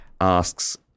asks